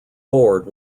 bored